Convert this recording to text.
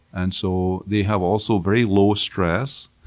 and so they have also very low stress,